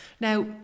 now